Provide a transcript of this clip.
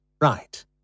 Right